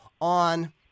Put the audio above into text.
on